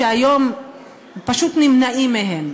שהיום פשוט נמנעים מהן.